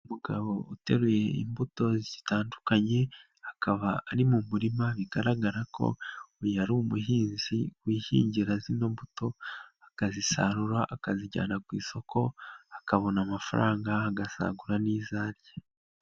Umugabo uteruye imbuto zitandukanye akaba ari mu murima bigaragara ko uyu ari umuhinzi wihingira zino mbuto akazisarura akazijyana ku isoko akabona amafaranga agasagura n'izo arya.